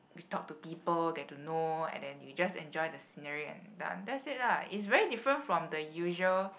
we talk to people get to know and then we just enjoy the scenery and done that's it lah is very different from the usual